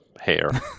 hair